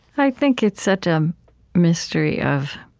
i think it's such a um mystery of